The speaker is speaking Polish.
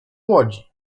łodzi